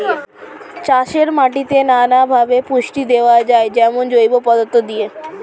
চাষের মাটিতে নানা ভাবে পুষ্টি দেওয়া যায়, যেমন জৈব পদার্থ দিয়ে